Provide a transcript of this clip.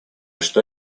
что